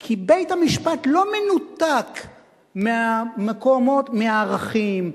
כי בית-המשפט לא מנותק מהמקומות, מהערכים,